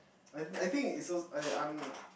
I I think is so I'm I'm